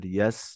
yes